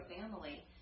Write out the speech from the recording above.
family